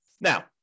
Now